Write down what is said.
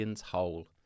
hole